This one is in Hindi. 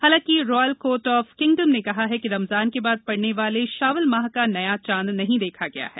हालांकि रॉयल कोर्ट ऑफ किंगडम ने कहा है कि रमजान के बाद पड़ने वाले शावल माह का नया चांद नहीं देखा गया है